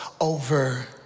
over